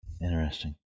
Interesting